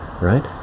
right